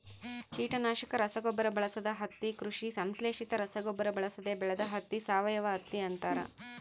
ಕೀಟನಾಶಕ ರಸಗೊಬ್ಬರ ಬಳಸದ ಹತ್ತಿ ಕೃಷಿ ಸಂಶ್ಲೇಷಿತ ರಸಗೊಬ್ಬರ ಬಳಸದೆ ಬೆಳೆದ ಹತ್ತಿ ಸಾವಯವಹತ್ತಿ ಅಂತಾರ